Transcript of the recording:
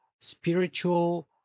spiritual